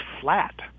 flat